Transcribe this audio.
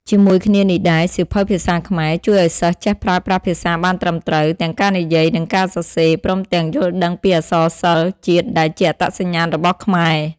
ជាមួយគ្នានេះដែរ សៀវភៅ ភាសាខ្មែរ ជួយឱ្យសិស្សចេះប្រើប្រាស់ភាសាបានត្រឹមត្រូវ ទាំងការនិយាយនិងការសរសេរ ព្រមទាំងយល់ដឹងពីអក្សរសិល្ប៍ជាតិដែលជាអត្តសញ្ញាណរបស់ខ្មែរ។